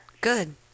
Good